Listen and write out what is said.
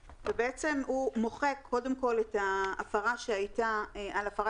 והוא מוחק קודם כל את ההפרה שהייתה על הפרת